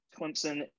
Clemson